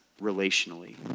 relationally